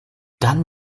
dann